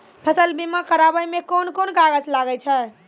फसल बीमा कराबै मे कौन कोन कागज लागै छै?